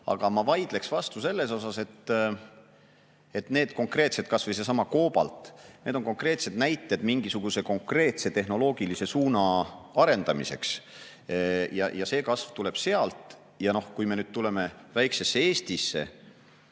Aga ma vaidleksin vastu selle koha pealt: need konkreetsed asjad, kas või seesama koobalt, on konkreetsed näited mingisuguse konkreetse tehnoloogilise suuna arendamiseks. Ja see kasv tuleb sealt. Kui me nüüd tuleme väiksesse Eestisse,